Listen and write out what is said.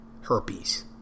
herpes